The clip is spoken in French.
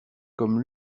comme